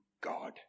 God